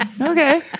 Okay